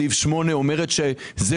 סעיף 8 אומר שזהו,